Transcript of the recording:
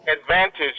advantage